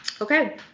Okay